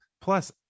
Plus